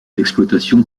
exploitation